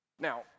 Now